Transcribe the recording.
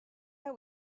that